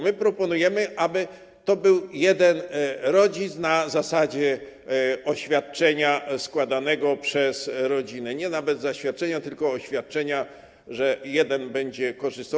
My proponujemy, aby to był jeden rodzic, na zasadzie oświadczenia składanego przez rodzinę, nawet nie zaświadczenia, tylko oświadczenia, że jeden będzie korzystał.